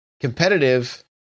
competitive